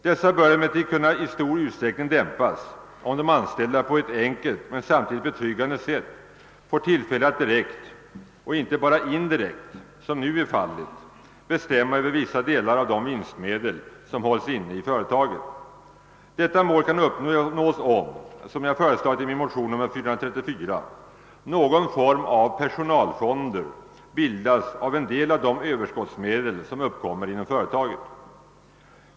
De bör emellertid kunna dämpas i stor utsträckning, om de anställda på ett enkelt men samtidigt betryggande sätt får tillfälle att direkt, inte bara indirekt som nu är fallet, bestämma Över. vissa delar av de vinstmedel som hålles. inne i företaget. Detta mål kan uppnås om — som jag har föreslagit i min motion: II: 434 — någon form av personalfonder bildas av en del av de överskottsmedel som uppkommer inom företaget.